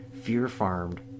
fear-farmed